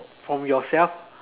from yourself